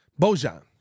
Bojan